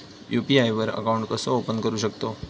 UPI वर account कसा open करू शकतव?